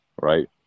right